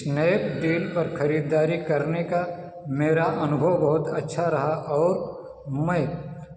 Snapdeal पर खरीदारी करने का मेरा अनुभव बहुत अच्छा रहा और मैं